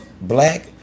black